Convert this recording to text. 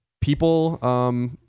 people